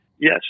Yes